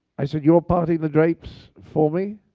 i said, you're parting the drapes for me,